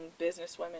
businesswomen